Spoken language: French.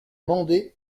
mende